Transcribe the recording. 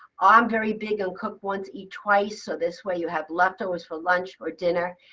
ah i'm very big on cook once, eat twice. so this way, you have leftovers for lunch or dinner.